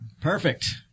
Perfect